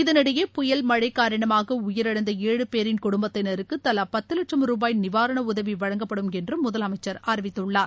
இதனிடையே புயல் மழை காரணமாக உயிரிழந்த ஏழு பேரின் குடும்பத்தினருக்கு தலா பத்து லட்சும் ரூபாய் நிவாரண உதவி வழங்கப்படும் என்றும் முதலமைச்சர் அறிவித்துள்ளார்